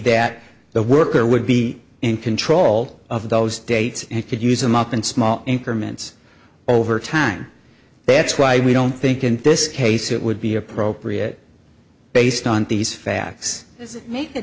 that the worker would be in control of those dates and could use them up in small increments over time that's why we don't think in this case it would be appropriate based on these facts make a